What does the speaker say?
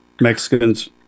Mexicans